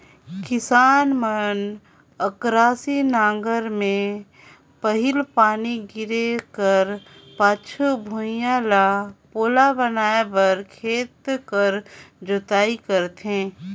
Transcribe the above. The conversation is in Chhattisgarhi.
किसान मन अकरासी नांगर मे पहिल पानी गिरे कर पाछू भुईया ल पोला बनाए बर खेत कर जोताई करथे